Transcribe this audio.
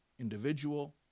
individual